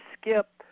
skip